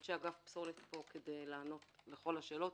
ואנשי אגף פסולת פה כדי לענות על כל השאלות